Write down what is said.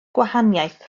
gwahaniaeth